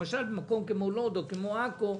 למשל במקום כמו לוד או כמו עכו,